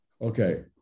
Okay